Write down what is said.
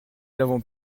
l’avons